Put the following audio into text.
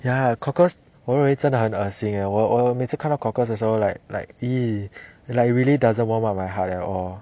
ya cockles 我认为真的很恶心 eh 我我每次看到 cockles 的时候 like like !ee! like really doesn't warm up my heart at all